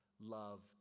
loved